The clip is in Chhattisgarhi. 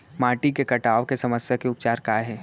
माटी के कटाव के समस्या के उपचार काय हे?